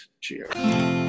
cheers